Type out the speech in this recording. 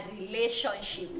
relationships